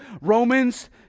Romans